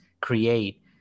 create